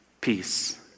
Peace